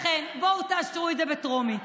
לכן, בואו תאשרו את זה בטרומית